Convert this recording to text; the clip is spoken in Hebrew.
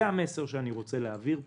זה המסר שאני רוצה להעביר פה.